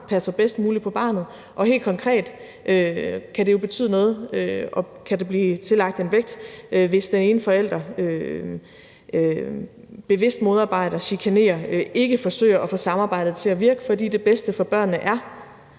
passer bedst muligt på barnet. Og helt konkret kan det jo betyde noget og blive tillagt en vægt, hvis den ene forælder bevidst modarbejder, chikanerer og ikke forsøger at få samarbejdet til at virke. For det bedste for børnene er,